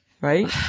Right